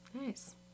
Nice